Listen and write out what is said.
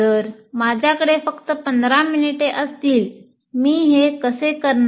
जर माझ्याकडे फक्त 15 मिनिटे असतील मी हे कसे करणार